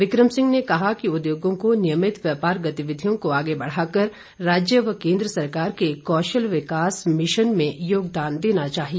विक्रम सिंह ने कहा कि उद्योगों को नियमित व्यापार गतिविधियों को आगे बढ़ाकर राज्य व केंद्र सरकार के कौशल विकास मिशन में योगदान देना चाहिए